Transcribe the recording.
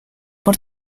por